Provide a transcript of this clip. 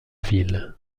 ville